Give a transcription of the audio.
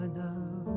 now